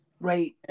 Right